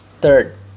Third